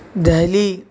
Delhi